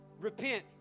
repent